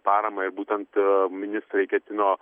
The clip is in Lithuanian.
paramai būtent ministrai ketino